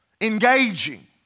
engaging